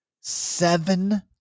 seven